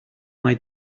mai